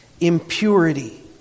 Impurity